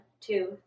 two